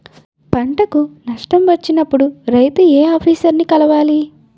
పంటకు నష్టం వచ్చినప్పుడు రైతు ఏ ఆఫీసర్ ని కలవాలి?